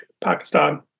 Pakistan